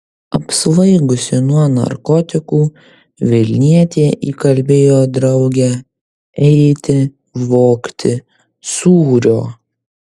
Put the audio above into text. apsvaigusi nuo narkotikų vilnietė įkalbėjo draugę eiti vogti sūrio